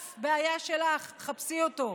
tough, בעיה שלך, חפשי אותו.